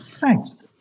Thanks